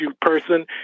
person